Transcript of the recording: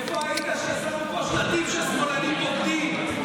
איפה היית כששמו פה שלטים של "שמאלנים בוגדים"?